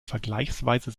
vergleichsweise